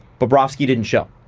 bobrovsky didn't show.